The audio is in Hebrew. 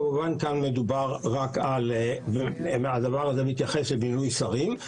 כמובן כאן הדבר הזה מתייחס למינוי שרים.